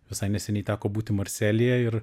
visai neseniai teko būti marselyje ir